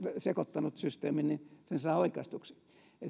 sekoittanut systeemin niin sen saa oikaistuksi